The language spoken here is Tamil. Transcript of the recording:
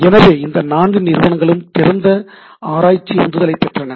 எனவே இந்த நான்கு நிறுவனங்களும் திறந்த ஆராய்ச்சி உந்துதலை பெற்றன